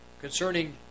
Concerning